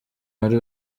wari